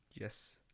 yes